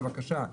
בבקשה,